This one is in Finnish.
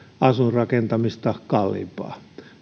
asuinrakentamista kalliimpaa